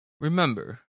Remember